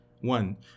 One